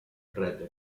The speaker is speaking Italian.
red